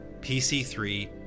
PC3